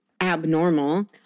abnormal